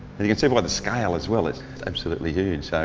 and you can see but by the scale as well, it's absolutely huge.